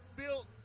built